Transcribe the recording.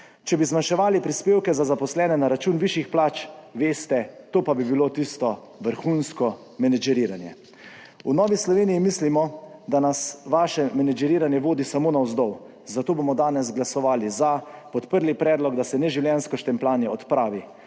Če bi zmanjševali prispevke za zaposlene na račun višjih plač, veste, to pa bi bilo tisto vrhunsko menedžeriranje. V Novi Sloveniji mislimo, da nas vaše menedžeriranje vodi samo navzdol, zato bomo danes glasovali za, podprli predlog, da se neživljenjsko štempljanje odpravi.